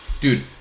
dude